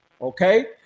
okay